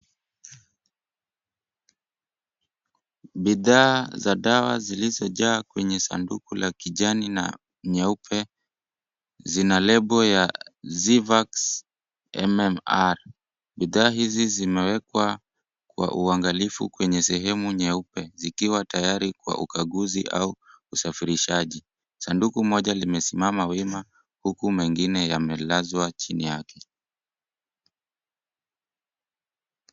Bidhaa za dawa zilizojaa kwenye sanduku la kijani na nyeupe zina lebo ya Zivax MMR . Bidhaa hizi zimewekwa kwa uangalifu kwenye sehemu nyeupe zikiwa tayari kwa ukaguzi au usafirishaji. Sanduku moja limesimama wima huku mengine yamelazwa chini yake.